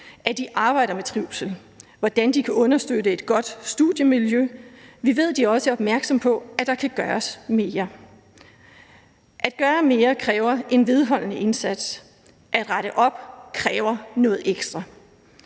at de arbejder med trivsel og hvordan de kan understøtte et godt studiemiljø. Vi ved, at de også er opmærksomme på, at der kan gøres mere. At gøre mere kræver en vedholdende indsats. At rette op kræver noget ekstra.